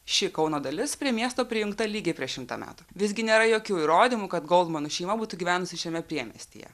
ši kauno dalis prie miesto prijungta lygiai prieš šimtą metų visgi nėra jokių įrodymų kad goldmanų šeima būtų gyvenusi šiame priemiestyje